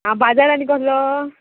आं बाजार आनी कसलो